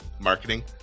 Marketing